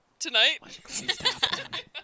tonight